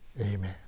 amen